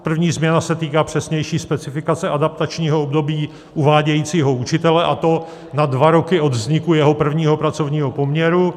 První změna se týká přesnější specifikace adaptačního období uvádějícího učitele, a to na dva roky od vzniku jeho prvního pracovního poměru.